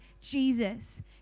Jesus